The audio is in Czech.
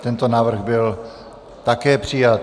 Tento návrh byl také přijat.